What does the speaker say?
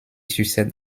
succède